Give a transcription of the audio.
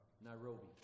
Nairobi